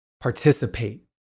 Participate